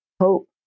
Hope